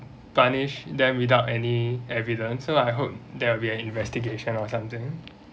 punish them without any evidence so I hope there will an investigation or something